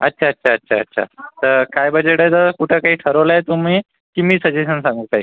अच्छा अच्छा अच्छा अच्छा तर काय बजेट आहे दादा कुठं काही ठरवलं आहे तुम्ही की मी सजेशन सांगू काही